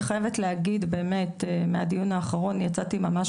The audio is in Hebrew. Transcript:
אני חייבת להגיד באמת מהדיון האחרון יצאתי ממש